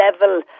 level